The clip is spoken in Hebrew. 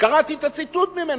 קראתי את הציטוט ממנו,